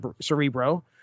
Cerebro